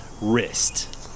wrist